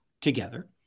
together